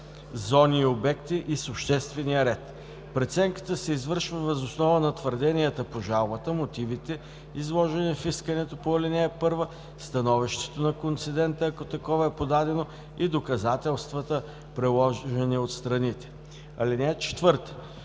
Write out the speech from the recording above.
зони и обекти и с обществения ред. Преценката се извършва въз основа на твърденията по жалбата, мотивите, изложени в искането по ал. 1, становището на концедента, ако такова е подадено, и доказателствата, приложени от страните. (4)